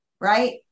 right